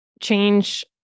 change